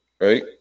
right